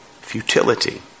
Futility